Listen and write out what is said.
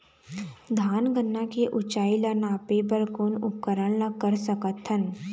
धान गन्ना के ऊंचाई ला नापे बर कोन उपकरण ला कर सकथन?